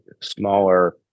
smaller